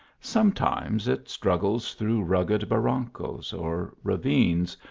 sometimes it struggles through rugged barrancos, or ravines,